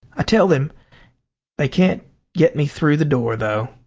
i tell them they can't get me through the door, though